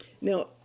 now